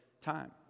time